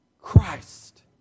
Christ